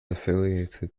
affiliated